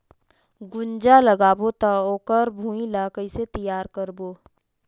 गुनजा लगाबो ता ओकर भुईं ला कइसे तियार करबो?